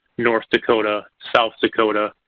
north dakota, south dakota.